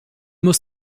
muss